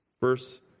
Verse